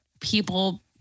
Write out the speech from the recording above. people